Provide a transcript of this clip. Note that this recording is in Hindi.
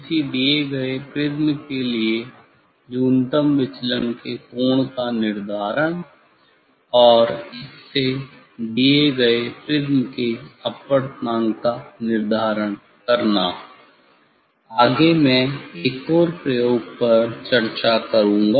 किसी दिए गए प्रिज़्म के लिए न्यूनतम विचलन के कोण का निर्धारण और इस से दिए गए प्रिज्म के अपवर्तनांक का निर्धारण करना आगे मैं एक और प्रयोग पर चर्चा करूंगा